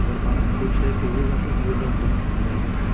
अगरि पाण कोई शइ पंहिंजे हिसाब सां ख़रीदियूं था बाजार मां